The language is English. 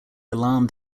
alarmed